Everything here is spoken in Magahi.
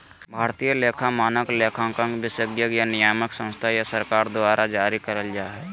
भारतीय लेखा मानक, लेखांकन विशेषज्ञ या नियामक संस्था या सरकार द्वारा जारी करल जा हय